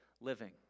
living